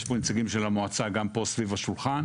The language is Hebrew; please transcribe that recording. יש פה נציגים של המועצה גם פה סביב השולחן,